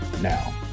now